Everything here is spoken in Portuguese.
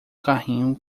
carrinho